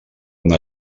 una